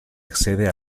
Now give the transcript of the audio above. accede